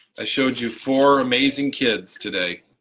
i showed you four amazing kids today